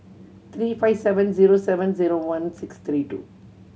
three five seven zero seven zero one six three two